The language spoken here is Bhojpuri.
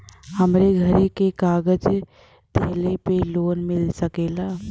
हमरे घरे के कागज दहिले पे लोन मिल सकेला?